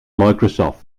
microsoft